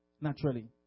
naturally